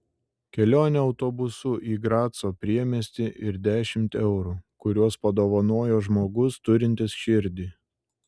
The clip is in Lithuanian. kelionė autobusu į graco priemiestį ir dešimt eurų kuriuos padovanojo žmogus turintis širdį